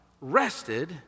rested